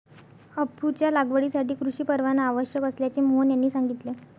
अफूच्या लागवडीसाठी कृषी परवाना आवश्यक असल्याचे मोहन यांनी सांगितले